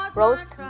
roast